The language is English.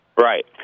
Right